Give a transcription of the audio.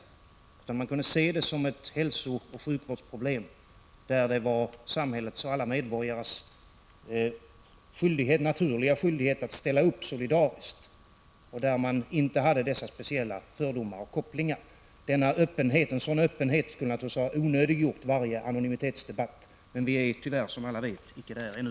Det bästa vore att man kunde se detta som ett hälsooch sjukvårdsproblem, där det är samhällets och alla medborgares naturliga skyldighet att ställa upp solidariskt utan dessa speciella fördomar och kopplingar. En sådan öppenhet skulle naturligtvis ha onödiggjort varje anonymitetsdebatt, men vi är tyvärr, som alla vet, icke där ännu.